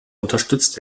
unterstützt